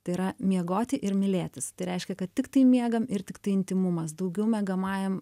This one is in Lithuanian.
tai yra miegoti ir mylėtis tai reiškia kad tiktai miegam ir tiktai intymumas daugiau miegamajam